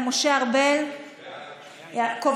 חבר